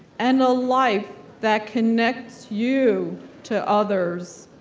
and a life that connects you to others.